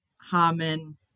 Harmon